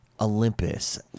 Olympus